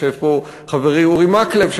יושב פה חברי אורי מקלב,